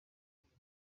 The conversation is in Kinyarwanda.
avuga